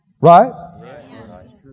Right